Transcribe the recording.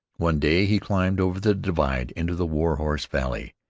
one day he climbed over the divide into the warhouse valley.